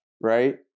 right –